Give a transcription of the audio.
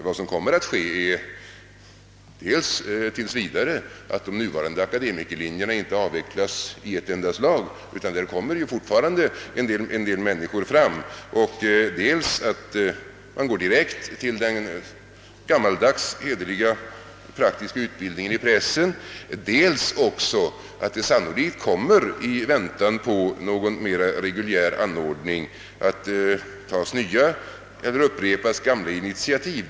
Vad som kommer att ske är i stället dels att de nuvarande akademikerlinjerna inte avvecklas i ett enda svep, utan därifrån kommer fortfarande en del folk, dels att man går direkt från universitetet till praktisk utbildning i pressen, dels att det sannolikt kommer, i väntan på någon mera reguljär anordning, att tas nya eller upprepas gamla initiativ.